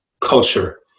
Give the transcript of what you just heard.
culture